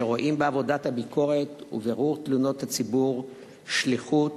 שרואים בעבודת הביקורת ובבירור תלונות הציבור שליחות